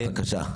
בבקשה.